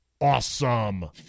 Awesome